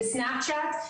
בסנפצ'אט,